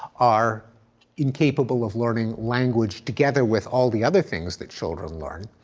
are incapable of learning language together with all the other things that children learn,